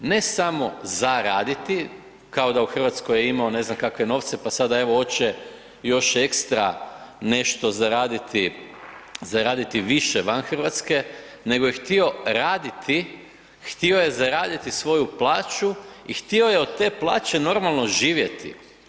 Ne samo zaraditi, kao da u Hrvatskoj je imao ne znam kakve novce pa sada evo hoće još ekstra nešto zaraditi više van Hrvatske nego je htio raditi, htio je zaraditi svoju plaću i htio je od te plaće normalno živjeti.